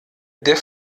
der